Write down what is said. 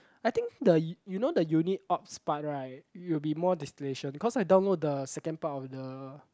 I think the you you know the unit ops part right it will be more distillation cause I download the second part of the